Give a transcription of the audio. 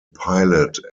pilot